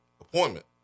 appointment